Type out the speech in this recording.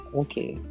okay